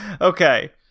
Okay